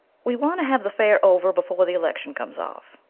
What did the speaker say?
we want to have the fair over before the election comes off,